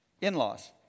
in-laws